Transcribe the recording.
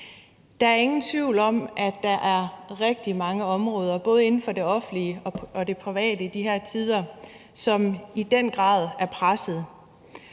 Der er ingen tvivl om, at der er rigtig mange områder i de her tider, både inden for det offentlige og det private, som i den grad er pressede.